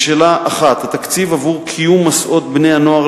1. התקציב עבור קיום מסעות בני-הנוער